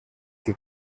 que